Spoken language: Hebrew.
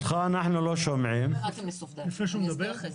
ברשותכם, יש כמה נקודות, ראשית, כפי שנאמר פה על